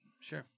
Sure